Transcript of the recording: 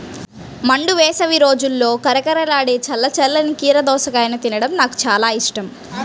మండు వేసవి రోజుల్లో కరకరలాడే చల్ల చల్లని కీర దోసకాయను తినడం నాకు చాలా ఇష్టం